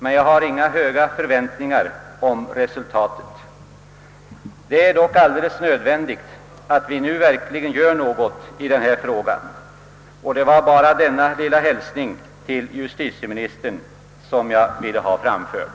Men jag har inga stora förväntningar om resultatet. Det är dock alldeles nödvändigt att vi nu verkligen gör något i denna fråga, och det var bara denna lilla hälsning till justitieministern som jag ville få framförd.